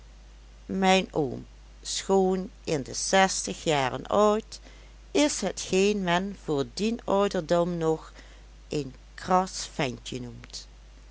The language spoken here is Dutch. mijn oom schoon in de zestig jaren oud is hetgeen men voor dien ouderdom nog een kras ventje noemt